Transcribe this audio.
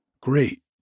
great